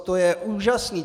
To je úžasné!